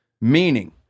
meaning